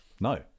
No